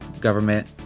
government